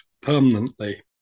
permanently